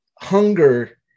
hunger